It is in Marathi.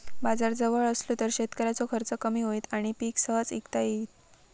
बाजार जवळ असलो तर शेतकऱ्याचो खर्च कमी होईत आणि पीक सहज इकता येईत